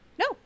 No